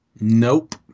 Nope